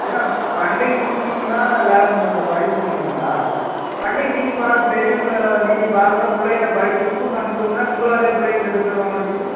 ஏன்ங்க பண்டிகை முக்கியங்களா வேலை படிப்பு முக்கியங்களா பண்டிகை நீங்கள் பாருங்கள் பெரியவங்க நீங்கள் பாருங்கள் பிள்ளைங்கள படிக்க ஸ்கூலுக்கு அம்ச்சுவிடுங்கனா உங்களாலேயே பிள்ளைங்க கெட்டு போய்ருவாங்களாட்டிக்குது